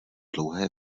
dlouhé